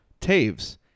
Taves